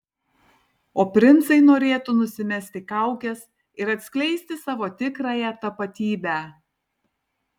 o princai norėtų nusimesti kaukes ir atskleisti savo tikrąją tapatybę